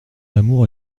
amour